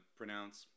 pronounce